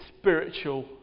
spiritual